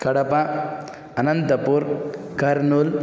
Kadapa Anantapur Kurnool